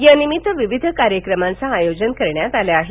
त्यानिमित्त विविध कार्यक्रमांचं आयोजन करण्यात आलं आहे